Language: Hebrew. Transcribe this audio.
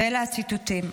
ואלה הציטוטים: